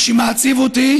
מה שמעציב אותי